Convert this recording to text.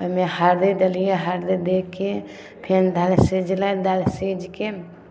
ओहिमे हरदि देलियै हरदि दए कऽ फेर दालि सिझलै दालि सीझ कऽ